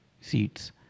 seats